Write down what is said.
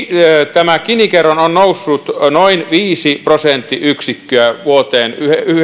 tämä gini kerroin on noussut noin viisi prosenttiyksikköä vuoteen